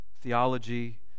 theology